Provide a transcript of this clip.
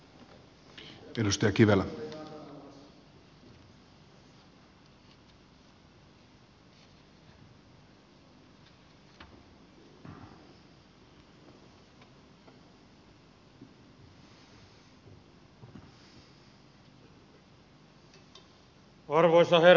arvoisa herra puhemies